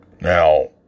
Now